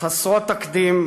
חסרות תקדים,